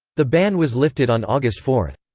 the ban was lifted on august four.